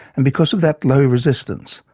and because of that low resistance,